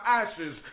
ashes